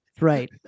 Right